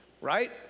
right